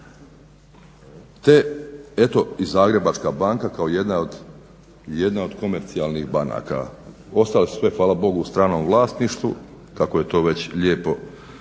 te eto i Zagrebačka banka kao jedna od komercijalnih banaka ostale su sve hvala Bogu u stranom vlasništvu kako je to već lijepo